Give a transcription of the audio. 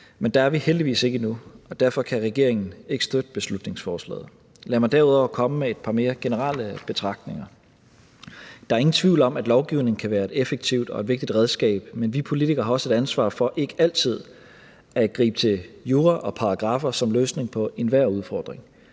Men der er vi heldigvis ikke endnu, og derfor kan regeringen ikke støtte beslutningsforslaget. Lad mig derudover komme med et par mere generelle betragtninger. Der er ingen tvivl om, at lovgivning kan være et effektivt og et vigtigt redskab, men vi politikere har også et ansvar for ikke altid at gribe til jura og paragraffer som løsning på enhver udfordring.